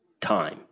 time